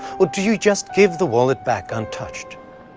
or do you just give the wallet back, untouched?